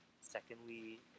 secondly